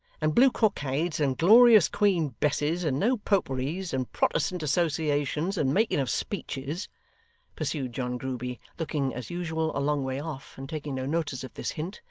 and blue cockades, and glorious queen besses, and no poperys, and protestant associations, and making of speeches pursued john grueby, looking, as usual, a long way off, and taking no notice of this hint,